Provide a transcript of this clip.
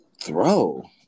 throw